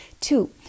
Two